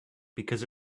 because